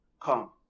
Come